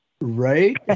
Right